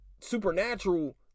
Supernatural